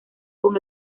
con